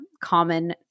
common